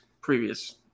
previous